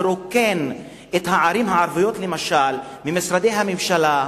לרוקן את הערים הערביות ממשרדי הממשלה,